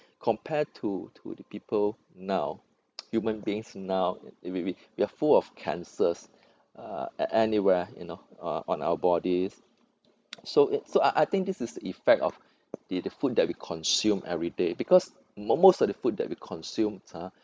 compared to to the people now human beings now we we we are full of cancers uh anywhere you know uh on our bodies so it so I I think this is the effect of the the food that we consume everyday because most of the food that we consume are